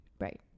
Right